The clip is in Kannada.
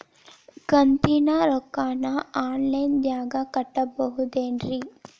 ಕಂತಿನ ರೊಕ್ಕನ ಆನ್ಲೈನ್ ದಾಗ ಕಟ್ಟಬಹುದೇನ್ರಿ?